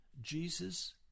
Jesus